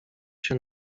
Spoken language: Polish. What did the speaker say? się